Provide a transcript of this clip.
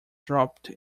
dropped